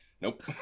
nope